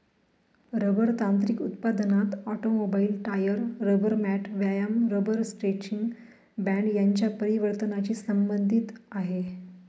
rubber तांत्रिक उत्पादनात automobile, tyre, rubber mat, व्यायाम रबर स्ट्रेचिंग बँड यांच्या परिवर्तनाची संबंधित आहे